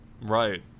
Right